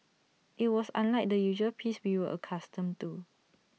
IT was unlike the usual peace we were accustomed to